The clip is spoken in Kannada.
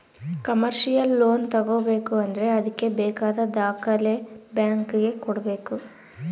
ಕಮರ್ಶಿಯಲ್ ಲೋನ್ ತಗೋಬೇಕು ಅಂದ್ರೆ ಅದ್ಕೆ ಬೇಕಾದ ದಾಖಲೆ ಬ್ಯಾಂಕ್ ಗೆ ಕೊಡ್ಬೇಕು